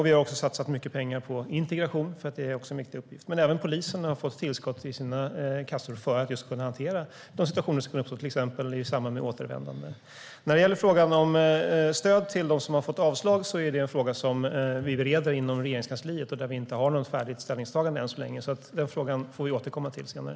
Vi har satsat mycket pengar på integration, för det är också en viktig uppgift. Även polisen har fått tillskott i sina kassor för att just kunna hantera de situationer som uppstår, till exempel i samband med återvändande. Frågan om stöd till dem som har fått avslag är en fråga som vi bereder inom Regeringskansliet. Där har vi inte något färdigt ställningstagande än så länge, så den frågan får vi återkomma till senare.